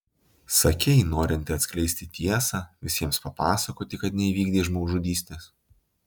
sakei norinti atskleisti tiesą visiems papasakoti kad neįvykdei žmogžudystės